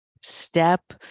step